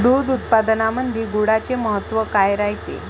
दूध उत्पादनामंदी गुळाचे महत्व काय रायते?